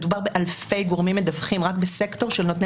מדובר באלפי גורמים מדווחים רק בסקטור של נותני